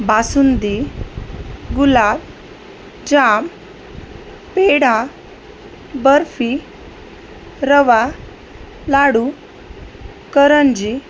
basundi gulab jamun peda barfi rava laddu करंजी